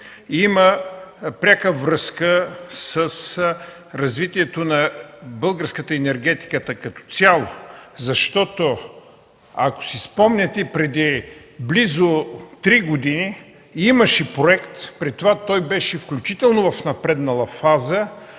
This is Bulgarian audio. има пряка връзка с развитието на българската енергетика като цяло. Ако си спомняте, преди близо три години имаше проект, при това той беше в изключително напреднала фаза